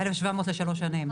1,700 לשלוש שנים,